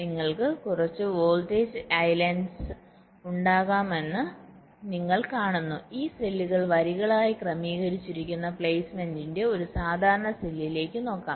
നിങ്ങൾക്ക് കുറച്ച് voltage islands ഉണ്ടാകാമെന്ന് നിങ്ങൾ കാണുന്നു ഈ സെല്ലുകൾ വരികളായി ക്രമീകരിച്ചിരിക്കുന്ന പ്ലെയ്സ്മെന്റിന്റെ ഒരു സാധാരണ സെല്ലിലേക്ക് നോക്കാം